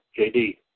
JD